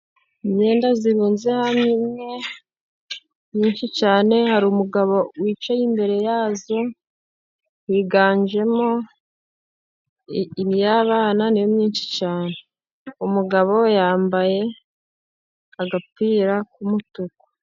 Imyenda irunze hamwe nyinshi cyane, hari umugabo wicaye imbere ya yo yiganjemo iy'abana ni yo myinshi cyane. Umugabo yambaye agapira k'umutuku.